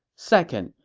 second,